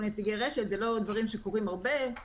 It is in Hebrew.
נציגי רש"ת זה לא דברים שקורים הרבה,